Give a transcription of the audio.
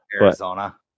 Arizona